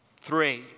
Three